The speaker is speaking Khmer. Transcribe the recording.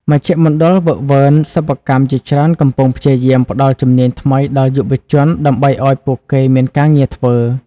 មជ្ឈមណ្ឌលហ្វឹកហ្វឺន សិប្បកម្មជាច្រើនកំពុងព្យាយាមផ្តល់ជំនាញថ្មីដល់យុវជនដើម្បីឱ្យពួកគេមានការងារធ្វើ។